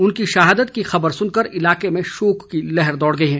उनकी शहादत की खबर सुनकर इलाके में शोक की लहर दौड़ गई है